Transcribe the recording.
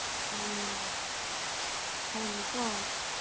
ꯎꯝ ꯍꯣꯏꯅꯦꯀꯣ